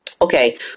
Okay